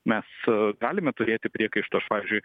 mes galime turėti priekaištų aš pavyzdžiui